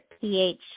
pH